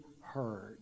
heard